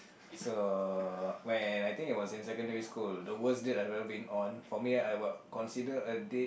so when I think it was in secondary school the worst date I've ever been on for me I would consider a date